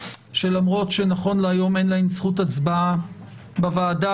שלמרות שנכון להיום אין להם זכות הצבעה בוועדה,